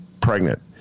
pregnant